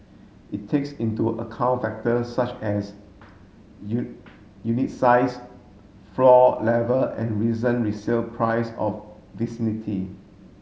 it takes into account factors such as unit size floor level and reason resale price of vicinity